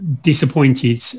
disappointed